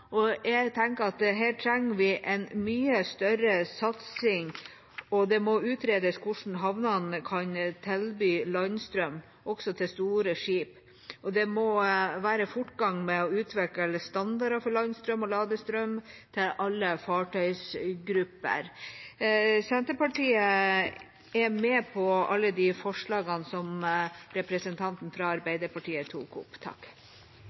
Jeg tenker at her trenger vi en mye større satsing. Det må utredes hvordan havnene kan tilby landstrøm også til store skip, og det må være fortgang i å utvikle standarder for landstrøm og ladestrøm til alle fartøygrupper. Senterpartiet er med på alle de forslagene som representanten fra Arbeiderpartiet tok opp.